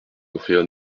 offrent